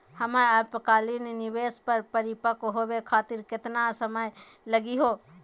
हमर अल्पकालिक निवेस क परिपक्व होवे खातिर केतना समय लगही हो?